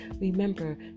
Remember